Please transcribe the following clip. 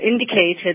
indicated